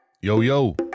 Yo-yo